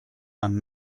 i’m